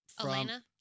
Elena